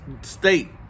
state